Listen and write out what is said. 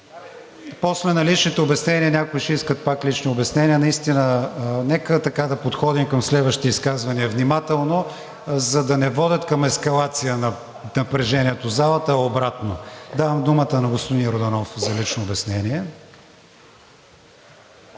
После на личните обяснения някои ще искат пак лични обяснения. Нека да подходим към следващите изказвания внимателно, за да не водят към ескалация на напрежението в залата, а обратно. Давам думата на господин Йорданов за лично обяснение.